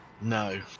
No